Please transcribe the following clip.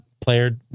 player